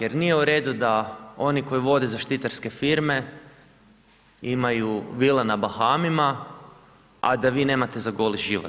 Jer nije u redu, da oni koji vode zaštitarske firme, imaju vile na Bahamima, a da vi nemate za goli život.